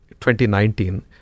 2019